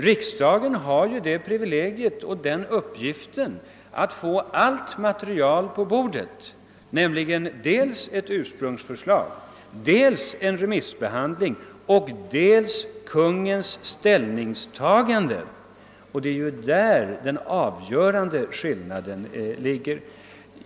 Riksdagen har ju det privilegiet att få allt material på sitt bord, dels ursprungsförslaget, dels resultatet av remissbehandlingen, dels ock Kungl. Maj:ts ställningstagande. Det är där den avgörande skillnaden ligger.